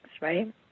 right